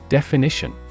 Definition